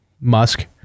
Musk